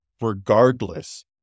regardless